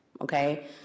okay